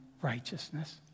righteousness